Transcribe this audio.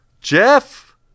Jeff